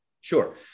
Sure